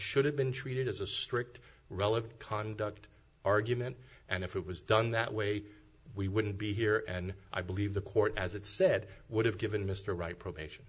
should have been treated as a strict relevant conduct argument and if it was done that way we wouldn't be here and i believe the court as it said would have given mr right probation